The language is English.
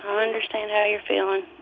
um understand how you're feeling.